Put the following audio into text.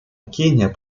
кения